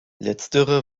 letztere